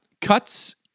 Cuts